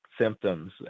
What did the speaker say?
Symptoms